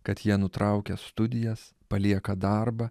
kad jie nutraukia studijas palieka darbą